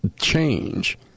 change